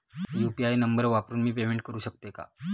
UPI number वापरून मी payment करू शकते का?